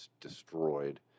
destroyed